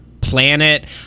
planet